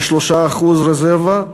ל-3% רזרבה,